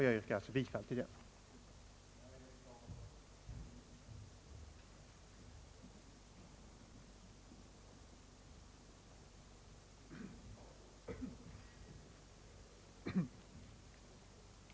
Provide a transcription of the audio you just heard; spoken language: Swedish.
Jag yrkar alltså bifall till den.